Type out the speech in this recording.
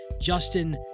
Justin